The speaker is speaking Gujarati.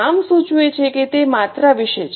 નામ સૂચવે છે કે તે માત્રા વિશે છે